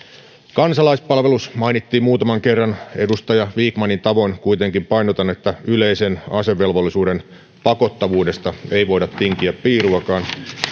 kansalaispalvelus mainittiin muutaman kerran edustaja vikmanin tavoin kuitenkin painotan että yleisen asevelvollisuuden pakottavuudesta ei voida tinkiä piiruakaan